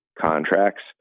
contracts